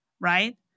right